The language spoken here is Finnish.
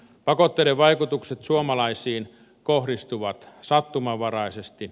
pakotteiden vaikutukset suomalaisiin kohdistuvat sattumanvaraisesti